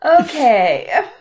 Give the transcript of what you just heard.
Okay